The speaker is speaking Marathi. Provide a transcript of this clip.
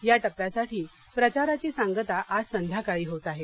या टप्प्यासाठी प्रचाराची सांगता आज संध्याकाळी होत आहे